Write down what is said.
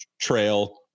trail